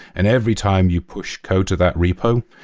and every time you push code to that repo,